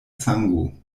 sango